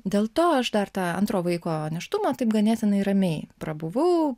dėl to aš dar tą antro vaiko nėštumą taip ganėtinai ramiai prabuvau